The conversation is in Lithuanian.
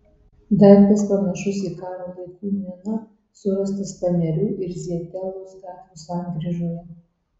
daiktas panašus į karo laikų miną surastas panerių ir zietelos gatvių sankryžoje